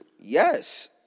Yes